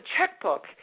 checkbook